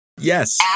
Yes